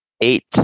eight